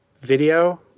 video